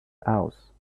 house